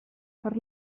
per